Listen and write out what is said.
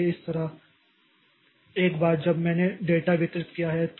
इसलिए इस तरह एक बार जब मैंने डेटा वितरित किया है